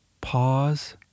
Pause